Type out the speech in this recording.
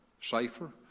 safer